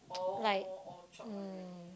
like mm